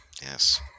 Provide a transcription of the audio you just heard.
Yes